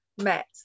met